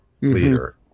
leader